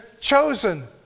chosen